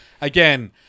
Again